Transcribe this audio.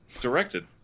directed